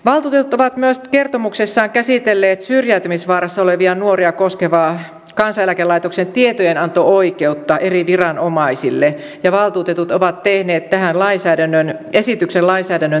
valtuutetut ovat kertomuksessaan käsitelleet myös syrjäytymisvaarassa olevia nuoria koskevaa kansaneläkelaitoksen tietojenanto oikeutta eri viranomaisille ja valtuutetut ovat tehneet tähän esityksen lainsäädännön täydentämiseksi